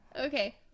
Okay